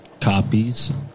copies